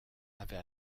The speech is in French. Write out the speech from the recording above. avait